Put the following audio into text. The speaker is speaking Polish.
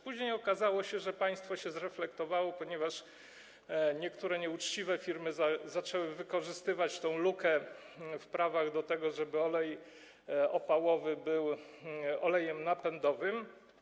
Później okazało się, że państwo się zreflektowało, ponieważ niektóre nieuczciwe firmy zaczęły wykorzystywać tę lukę w prawie, żeby olej opałowy był olejem napędowym.